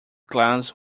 clowns